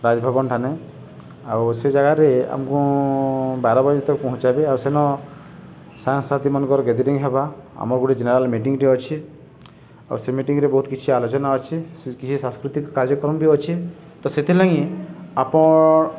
ରାଜଭବନ ାନ ଆଉ ସେ ଜାଗାରେ ଆମକୁ ବାର ବଜେିତ ପହଞ୍ଚବେ ଆଉ ସେନ ସାଙ୍ଗସଥିମାନଙ୍କର ଗେଦରିଂ ହେବା ଆମର ଗୋଟେ ଜେନେରାଲ ମିଟିଂଟିେ ଅଛି ଆଉ ସେ ମିଟିଂରେ ବହୁତ କିଛି ଆଲୋଚନା ଅଛି ସେ କିଛି ସାଂସ୍କୃତିକ କାର୍ଯ୍ୟକ୍ରମ ବି ଅଛି ତ ସେଥିଲାଲାଗି ଆପଣ